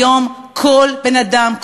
היום כל בן-אדם,